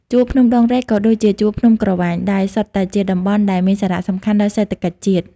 ជួរភ្នំដងរែកក៏ដូចជាជួរភ្នំក្រវាញដែរ សុទ្ធតែជាតំបន់ ដែលមានសារៈសំខាន់ដល់សេដ្ឋកិច្ចជាតិ ។